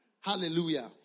Hallelujah